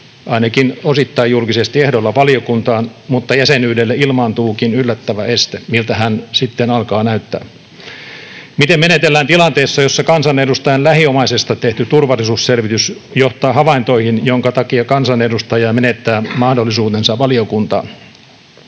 ainakin osittain julkisesti, ehdolla valiokuntaan mutta jäsenyydelle ilmaantuukin yllättävä este: miltä hän sitten alkaa näyttää? Miten menetellään tilanteessa, jossa kansanedustajan lähiomaisesta tehty turvallisuusselvitys johtaa havaintoihin, minkä takia kansanedustaja menettää mahdollisuutensa valiokuntaan?